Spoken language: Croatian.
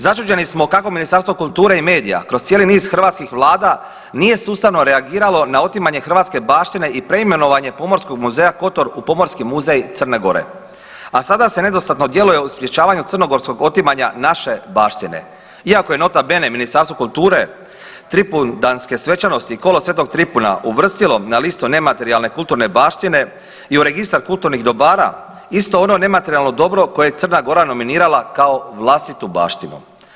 Začuđeni smo kako Ministarstvo kulture i medija kroz cijeli niz hrvatskih vlada nije sustavno reagiralo na otimanje hrvatske baštine i preimenovanje Pomorskog muzeja Kotor u Pomorski muzej Crne Gore, a sada se nedostatno djeluje u sprječavanju crnogorskog otimanja naše baštine, iako je, nota bene, Ministarstvo kulture tripundanske svečanosti i kolo sv. Tripuna uvrstilo na listu nematerijalne kulturne baštine i u Registar kulturnih dobara isto ono nematerijalno dobro koje je Crna Gora nominirala kao vlastitu baštinu.